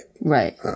Right